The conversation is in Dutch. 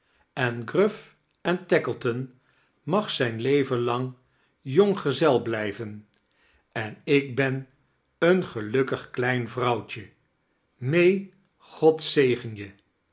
en gruff en taekleton mag zijn leven lang jonggezel blijven en ik ben een gelukkig klein vrouwtje may god zegen je